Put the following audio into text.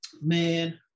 man